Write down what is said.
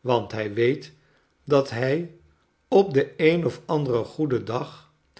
want hij weet dat hij op den een of anderen goeden dag